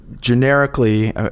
generically